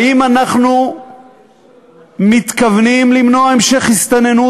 האם אנחנו מתכוונים למנוע המשך הסתננות